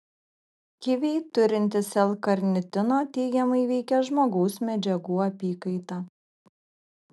kiviai turintys l karnitino teigiamai veikia žmogaus medžiagų apykaitą